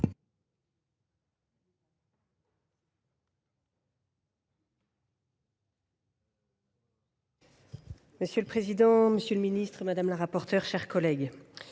Monsieur le président, monsieur le ministre, madame la rapporteure, mes chers collègues,